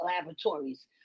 laboratories